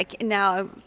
now